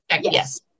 Yes